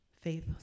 faith